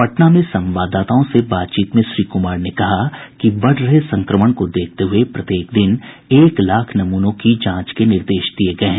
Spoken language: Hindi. पटना में संवाददाताओं से बातचीत में श्री कुमार ने कहा कि बढ़ रहे संक्रमण को देखते हुए प्रत्येक दिन एक लाख नमूनों की जांच के निर्देश दिये गये हैं